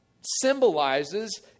symbolizes